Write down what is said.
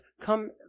Come